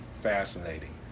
fascinating